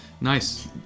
nice